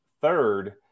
third